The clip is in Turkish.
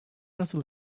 nasıl